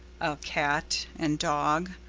a cat and dog,